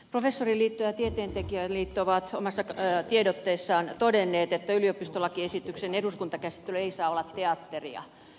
professoriliitto ja tieteentekijöiden liitto ovat omassa tiedotteessaan todenneet että yliopistolakiesityksen eduskuntakäsittely ei saa olla teatteria